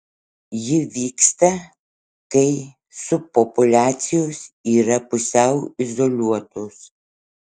ji vyksta kai subpopuliacijos yra pusiau izoliuotos